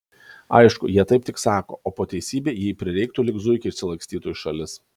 aišku jie taip tik sako o po teisybei jei prireiktų lyg zuikiai išsilakstytų į šalis